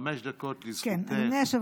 חמש דקות לרשותך.